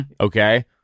Okay